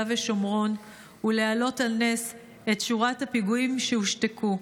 ושומרון ולהעלות על נס את שורת הפיגועים שהושתקו.